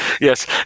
Yes